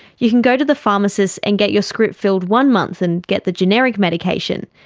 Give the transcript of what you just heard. you can go to the pharmacist and get your script filled one month and get the generic medication,